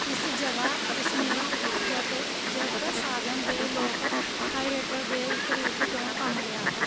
ਇਸ ਜਗ੍ਹਾ ਉਸਨੇ ਦੇ ਲੋਕ ਥਾਈਟੇਰ ਦੇ ਇੱਕ ਰੂਪ ਤੋਂ ਕੰਮ ਲਿਆ ਹੈ